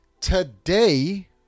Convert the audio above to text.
Today